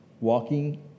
walking